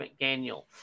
McDaniel